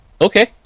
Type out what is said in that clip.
okay